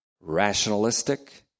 rationalistic